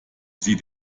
sie